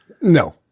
No